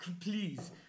please